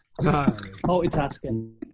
Multitasking